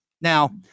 Now